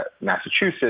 Massachusetts